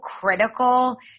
critical